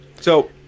So-